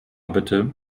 bitte